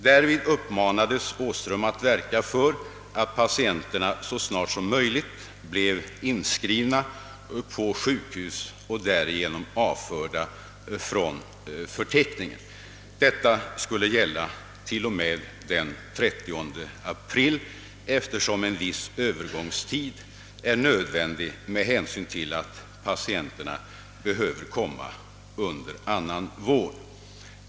Därvid uppmanades doktor Åhström att verka för att patienterna så snart som möjligt blev inskrivna på sjukhus eller föremål för andra vårdåtgärder och därigenom avförda från förteckningen. Detta skulle gälla t.o.m. den 30 april, eftersom en viss Övergångstid är nödvändig med hänsyn till att patienterna behöver komma under annan vård.